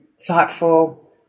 thoughtful